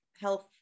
health